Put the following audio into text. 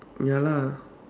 ya lah